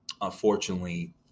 unfortunately